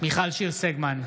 מיכל שיר סגמן,